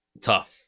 Tough